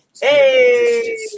Hey